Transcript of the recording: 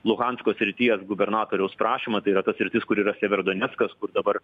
luhansko srities gubernatoriaus prašymą tai yra ta sritis kur yra severodoneckas dabar